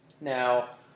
Now